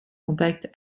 contacts